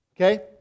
Okay